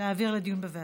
להעביר לדיון בוועדה.